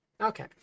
Okay